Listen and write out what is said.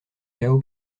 cao